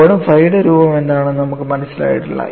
ഇപ്പോഴും ഫൈയുടെ രൂപം എന്താണെന്ന് നമുക്ക് മനസ്സിലായിട്ടില്ല